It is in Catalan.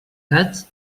gats